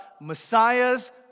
Messiahs